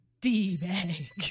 D-bag